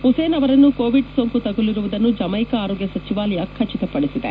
Usain ಅವರಿಗೆ Covid ಸೋಂಕು ತಗುಲಿರುವುದನ್ನು ಜಮೈಕಾ ಆರೋಗ್ಯ ಸಚಿವಾಲಯ ಖಿಚಿತಪಡಿಸಿದೆ